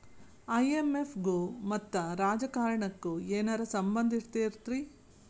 IMF ಗು ಮತ್ತ ರಾಜಕಾರಣಕ್ಕು ಏನರ ಸಂಭಂದಿರ್ತೇತಿ?